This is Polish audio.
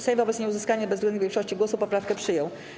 Sejm wobec nieuzyskania bezwzględnej większości głosów poprawkę przyjął.